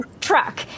truck